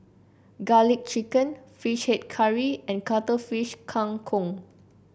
garlic chicken fish head curry and Cuttlefish Kang Kong